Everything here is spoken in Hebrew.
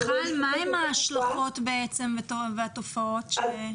מה ההשלכות והתופעות?